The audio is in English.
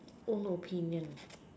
own opinion